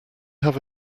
have